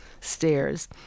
stairs